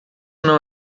não